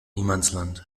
niemandsland